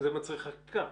זה מצריך חקיקה.